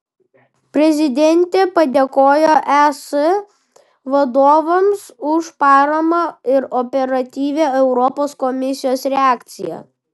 prezidentė padėkojo es vadovams už paramą ir operatyvią europos komisijos reakciją